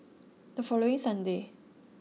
the following sunday